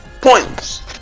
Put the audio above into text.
points